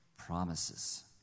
promises